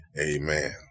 Amen